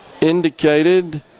indicated